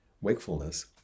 wakefulness